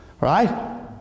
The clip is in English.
Right